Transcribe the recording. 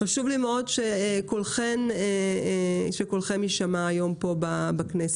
חשוב לי מאוד שקולכן יישמע היום פה בכנסת.